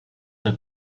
der